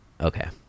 okay